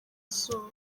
izuba